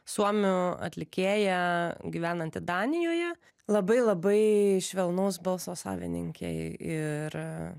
suomių atlikėja gyvenanti danijoje labai labai švelnaus balso savininkė ir